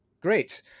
great